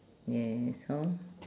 yes hor